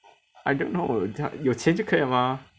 I don't know 他有钱就可以了 mah